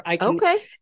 Okay